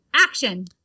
action